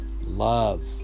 love